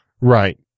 Right